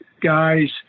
guys